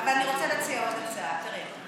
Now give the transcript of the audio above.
אבל אני רוצה להציע עוד הצעה: תראה,